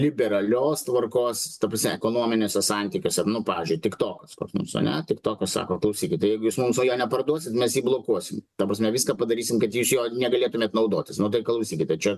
liberalios tvarkos ta prasme ekonominiuose santykiuose pavyzdžiui tik tokas koks nors ane tik tokas sako klausykit tai jeigu jūs mums jo neparduosit mes jį blokuosim ta prasme viską padarysim kad iš jo negalėtumėt naudotis nu tai klausykite čia